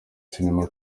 sinema